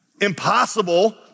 Impossible